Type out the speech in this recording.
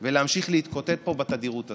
ולהמשיך להתקוטט פה בתדירות הזו.